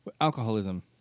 alcoholism